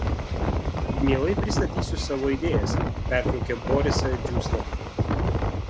mielai pristatysiu savo idėjas pertraukė borisą džiūsna